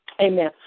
Amen